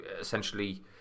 essentially